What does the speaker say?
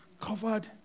covered